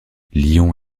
lyon